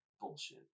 bullshit